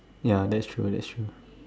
ya that's true that's true